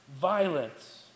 Violence